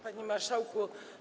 Panie Marszałku!